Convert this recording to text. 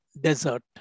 desert